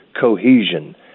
cohesion